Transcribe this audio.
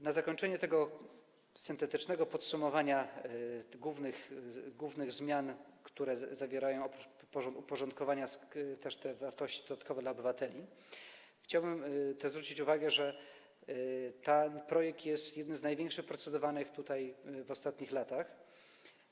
Na zakończenie tego syntetycznego podsumowania głównych zmian, które zawierają oprócz uporządkowania wartości dodatkowe dla obywateli, chciałbym też zwrócić uwagę, że ten projekt jest jednym z największych procedowanych tutaj w ostatnich latach.